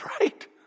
right